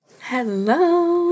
Hello